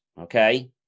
okay